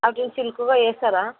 అది సిల్క్గా చేస్తారా